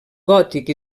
gòtic